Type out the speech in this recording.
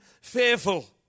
fearful